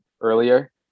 earlier